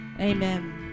Amen